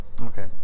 okay